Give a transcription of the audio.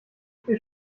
viel